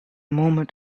moment